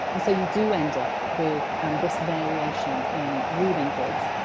and so you do end up with um this variation in ruling grids.